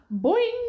Boing